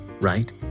right